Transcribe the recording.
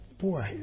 boy